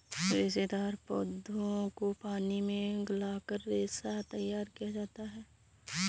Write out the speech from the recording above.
रेशेदार पौधों को पानी में गलाकर रेशा तैयार किया जाता है